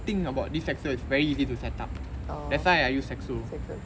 thing about this sacso is very easy to set up that's why I use sacso